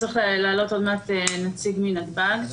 צריך לעלות עוד מעט נציג מנתב"ג.